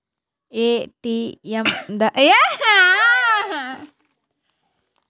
ATM ದಾಗ ರೊಕ್ಕ ಬಿಡ್ಸೊದು ಕೂಡ ಎಲೆಕ್ಟ್ರಾನಿಕ್ ಟ್ರಾನ್ಸ್ಫರ್ ಅಗೈತೆ